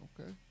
okay